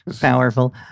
powerful